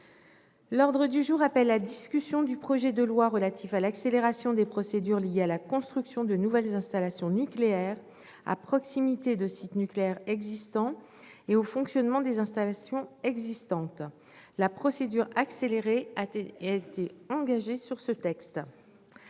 L'ordre du jour appelle la discussion du projet de loi relatif à l'accélération des procédures liées à la construction de nouvelles installations nucléaires à proximité de sites nucléaires existants et au fonctionnement des installations existantes (projet n° 100, texte